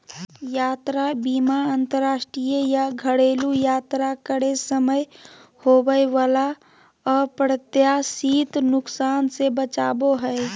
यात्रा बीमा अंतरराष्ट्रीय या घरेलू यात्रा करे समय होबय वला अप्रत्याशित नुकसान से बचाबो हय